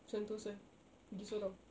sentosa pergi seorang